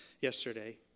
yesterday